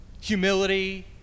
Humility